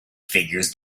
figures